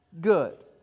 Good